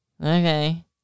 Okay